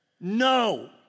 No